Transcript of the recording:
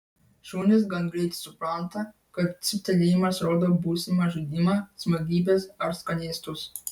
šunys gan greit supranta kad cyptelėjimas rodo būsimą žaidimą smagybes ar skanėstus